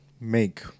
make